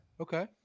okay